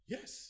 Yes